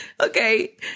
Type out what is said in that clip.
Okay